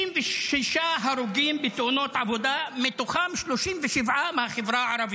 66 הרוגים בתאונות עבודה, מתוכם 37 מהחברה הערבית.